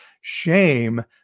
Shame